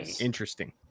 interesting